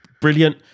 brilliant